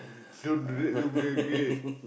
don't do that to me again